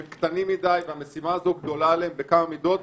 הם קטנים מדי והמשימה הזו גדולה עליהם בכמה מידות.